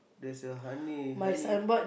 there's a honey honey